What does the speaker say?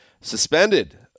suspended